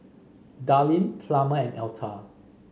Darline Plummer and Alta